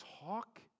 talk